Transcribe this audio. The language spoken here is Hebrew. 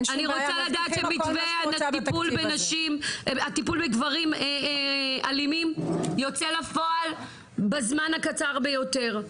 אני רוצה לדעת שמתווה הטיפול בגברים אלימים יוצא לפועל בזמן הקצר ביותר,